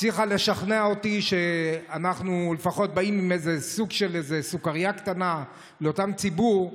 הצליחה לשכנע אותי שאנחנו באים עם סוג של סוכריה קטנה לאותו ציבור,